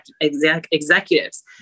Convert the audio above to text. executives